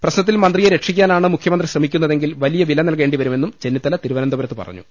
പ്രശ്നത്തിൽ മന്ത്രിയെ രക്ഷിക്കാനാണ് മുഖ്യമന്ത്രി ശ്രമിക്കുന്ന തെങ്കിൽ വലിയ വില നൽകേണ്ടി വരുമെന്നും ചെന്നിത്തല തിരുവനന്തപുരത്ത് പറഞ്ഞു